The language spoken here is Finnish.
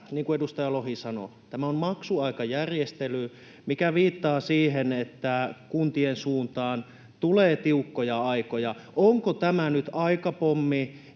kuin edustaja Lohi sanoi, tämä on maksuaikajärjestely, mikä viittaa siihen, että kuntien suuntaan tulee tiukkoja aikoja. Onko tämä nyt aikapommi,